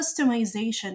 customization